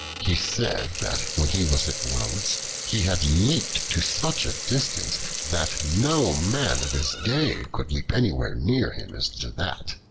he said that when he was at rhodes he had leaped to such a distance that no man of his day could leap anywhere near him as to that,